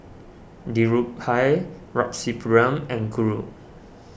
Dhirubhai Rasipuram and Guru